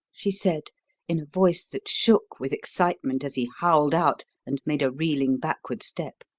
she said in a voice that shook with excitement as he howled out and made a reeling backward step.